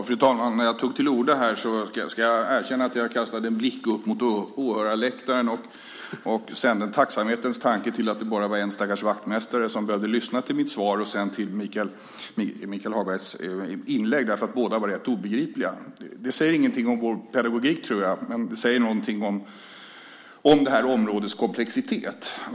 Fru talman! När jag tog till orda här ska jag erkänna att jag kastade en blick upp mot åhörarläktaren och tacksamt konstaterade att det bara var en stackars vaktmästare som behövde lyssna till mitt svar och till Michael Hagbergs inlägg. Båda var nämligen rätt obegripliga. Det beror kanske inte på vår pedagogik, men det säger något om detta områdes komplexitet.